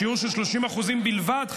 בשיעור של 30% בלבד,